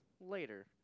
later